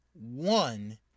One